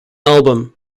album